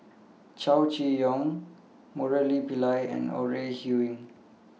Chow Chee Yong Murali Pillai and Ore Huiying